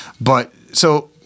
But—so